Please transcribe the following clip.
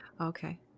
Okay